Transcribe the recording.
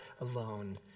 alone